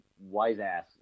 wise-ass